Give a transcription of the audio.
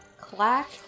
Clack